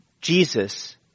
Jesus